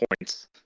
points